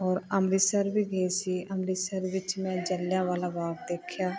ਔਰ ਅੰਮ੍ਰਿਤਸਰ ਵੀ ਗਈ ਸੀ ਅੰਮ੍ਰਿਤਸਰ ਵਿੱਚ ਮੈਂ ਜਲਿਆਂਵਾਲਾ ਬਾਗ਼ ਦੇਖਿਆ